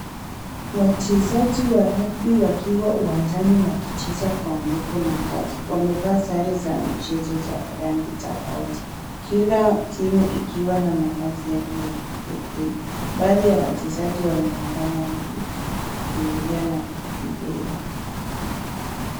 Wachezaji wa ragbi wakiwa uwanjani wakicheza kwa nguvu na kasi. Wamevaa sare za michezo za rangi tofauti, kila timu ikiwa na mavazi yake ya kipekee. Baadhi ya wachezaji wanaonekana wakikimbilia na mpira.